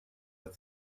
with